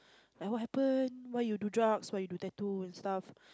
like what happen why you do drugs why you do tattoo and stuff